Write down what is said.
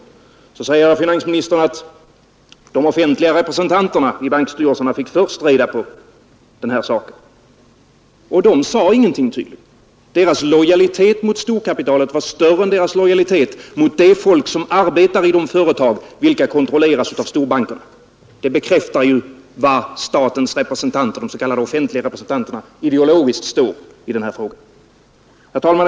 Vidare säger finansministern att de offentliga representanterna i bankerna var de som först fick reda på detta, och de sade tydligen ingenting. Deras lojalitet mot storkapitalet var större än deras lojalitet med de människor som arbetar i de företag, vilka kontrolleras av storbankerna. Det visar var statens representanter, de s.k. offentliga representanterna, står ideologiskt i denna fråga. Herr talman!